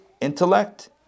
intellect